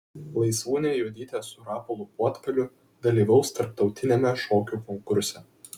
laisvūnė juodytė su rapolu puotkaliu dalyvaus tarptautiniame šokių konkurse